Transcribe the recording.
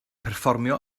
perfformio